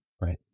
right